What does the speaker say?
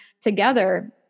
together